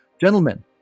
Gentlemen